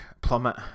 plummet